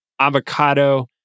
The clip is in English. avocado